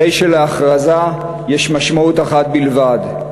הרי שלהכרזה יש משמעות אחת בלבד: